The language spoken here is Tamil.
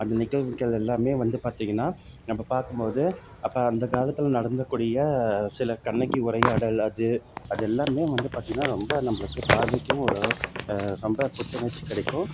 அந்த நிகழ்வுகள் எல்லாம் வந்து பார்த்திங்கன்னா நம்ம பார்க்கும்போது அப்போ அந்த காலத்தில் நடத்தக்கூடிய சில கண்ணகி உரையாடல் அது அது எல்லாம் வந்து பார்த்திங்கன்னா ரொம்ப நம்மளுக்கு பார்வைக்கும் ஒரு ரொம்ப புத்துணர்ச்சி கிடைக்கும்